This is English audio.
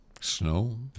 Snow